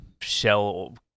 shell